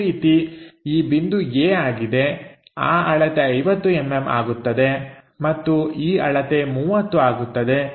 ಅದೇ ರೀತಿ ಈ ಬಿಂದು a ಆಗಿದೆ ಆ ಅಳತೆ 50mm ಆಗುತ್ತದೆ ಮತ್ತು ಈ ಅಳತೆ 30 ಆಗುತ್ತದೆ